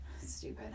Stupid